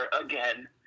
again